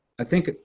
i think, ah